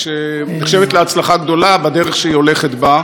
שנחשבת להצלחה גדולה בדרך שהיא הולכת בה,